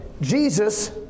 Jesus